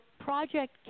project